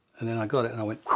and then i got it and went,